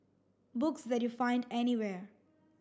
books that you find anywhere